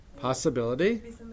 Possibility